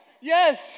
Yes